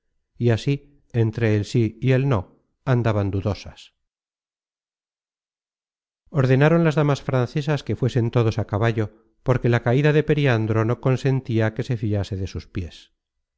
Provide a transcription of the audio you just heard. y así entre el sí y el no andaban dudosas content from google book search generated at ordenaron las damas francesas que fuesen todos á caballo porque la caida de periandro no consentia que se fiase de sus piés